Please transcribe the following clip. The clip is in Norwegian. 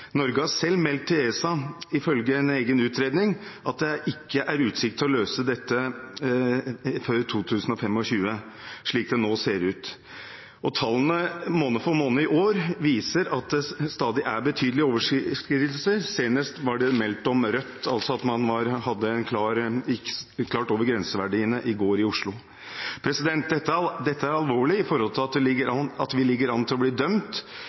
Norge har selv meldt til ESA – ifølge en egen utredning – at det ikke er utsikter til å løse dette før 2025, slik det nå ser ut. Tallene for i år – måned for måned – viser at det stadig er betydelige overskridelser. Så sent som i går ble det meldt om «rødt» i Oslo, altså at det var